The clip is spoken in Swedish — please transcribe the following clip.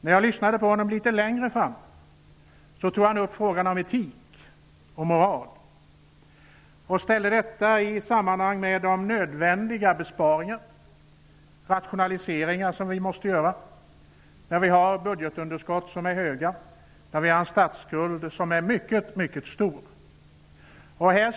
När jag lyssnade på honom litet längre fram i anförandet tog han upp frågan om etik och moral och ställde dessa begrepp i relation till de nödvändiga besparingar och rationaliseringar vi måste göra eftersom budgetunderskotten är höga och statsskulden mycket mycket stor.